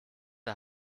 der